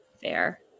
fair